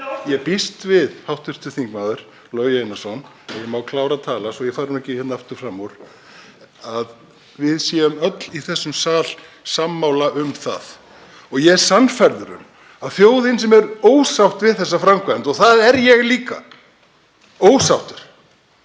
ég býst við, hv. þm. Logi Einarsson, ef ég má klára tala svo ég fari nú ekki aftur fram úr, að við séum öll í þessum sal sammála um það. Ég er sannfærður um að þjóðin, sem er ósátt við þessa framkvæmd, og það er ég líka, ósáttur,